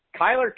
Kyler